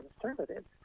conservatives